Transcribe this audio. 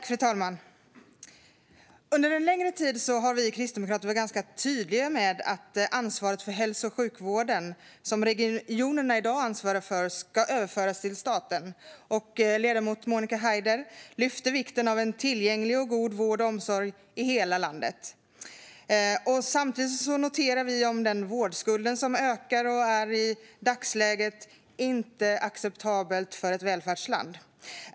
Fru talman! Under en längre tid har vi kristdemokrater varit ganska tydliga med att ansvaret för hälso och sjukvården, som i dag ligger hos regionerna, bör överföras till staten. Ledamoten Monica Haider lyfter fram vikten av tillgänglig och god vård och omsorg i hela landet. Samtidigt noterar vi att vårdskulden ökar. Den är i dagsläget inte acceptabel för ett välfärdsland.